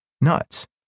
nuts